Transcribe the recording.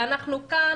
ואנחנו כאן